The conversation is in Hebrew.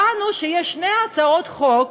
הבנו שיש שתי הצעות חוק